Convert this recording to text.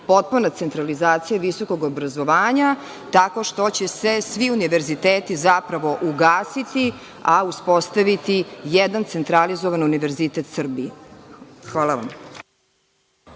potpuna centralizacija visokog obrazovanja tako što će se svi univerziteti zapravo ugasiti, a uspostaviti jedan centralizovan univerzitet Srbije? Hvala vam.